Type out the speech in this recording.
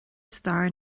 stair